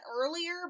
earlier